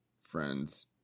friends